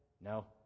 No